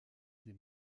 des